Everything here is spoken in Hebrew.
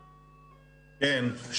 כן.